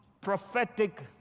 prophetic